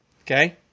okay